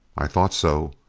i thought so.